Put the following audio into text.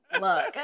look